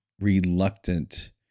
reluctant